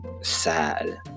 sad